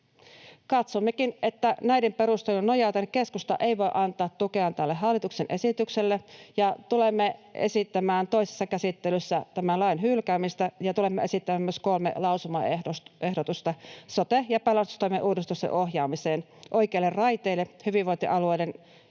Katsommekin, että näihin perusteluihin nojaten keskusta ei voi antaa tukeaan tälle hallituksen esitykselle ja tulemme esittämään toisessa käsittelyssä tämän lain hylkäämistä ja tulemme esittämään myös kolme lausumaehdotusta sote- ja pelastustoimen uudistusten ohjaamiseen oikeille raiteille hyvinvointialueiden